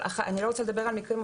אני לא רוצה לדבר על מקרים,